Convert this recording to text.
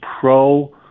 pro